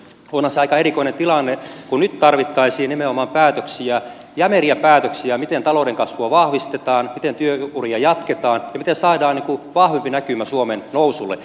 onhan se aika erikoinen tilanne kun nyt tarvittaisiin nimenomaan päätöksiä jämeriä päätöksiä miten talouden kasvua vahvistetaan miten työuria jatketaan ja miten saadaan vahvempi näkymä suomen nousulle